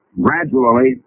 gradually